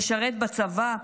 לשרת בצבא,